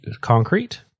concrete